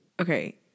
okay